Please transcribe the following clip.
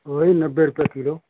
वही नब्बे रुपया किलो